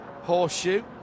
Horseshoe